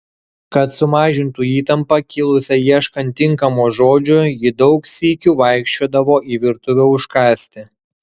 kad sumažintų įtampą kilusią ieškant tinkamo žodžio ji daug sykių vaikščiodavo į virtuvę užkąsti